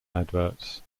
adverts